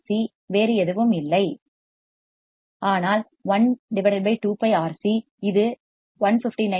C வேறு எதுவும் இல்லை ஆனால் 12 πRC இது 159